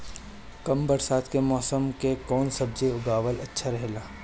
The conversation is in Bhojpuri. कम बरसात के मौसम में कउन सब्जी उगावल अच्छा रहेला?